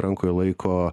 rankoj laiko